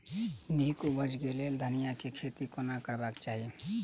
नीक उपज केँ लेल धनिया केँ खेती कोना करबाक चाहि?